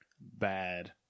bad